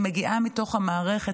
אני מגיעה מתוך המערכת,